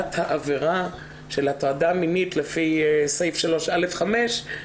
הפעלת העבירה של הטרדה מינית לפי סעיף 3(א)(5)